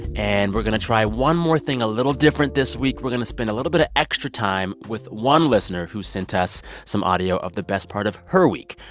and we're going to try one more thing a little different this week. we're going to spend a little bit of extra time with one listener who sent us some audio of the best part of her week.